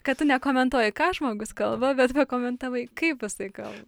kad tu nekomentuoji ką žmogus kalba bet pakomentavai kaip jisai kalba